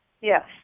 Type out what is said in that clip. Yes